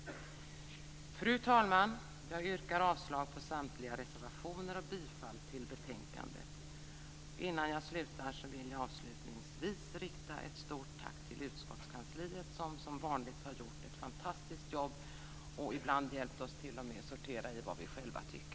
Fru talman! Jag yrkar avslag på samtliga reservationer och bifall till utskottets hemställan i betänkandet. Innan jag slutar vill jag avslutningsvis rikta ett stort tack till utskottskansliet. Det har som vanligt gjort ett fantastiskt jobb och ibland t.o.m. hjälpt oss att sortera i vad vi själva tycker.